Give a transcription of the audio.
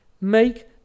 Make